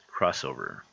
crossover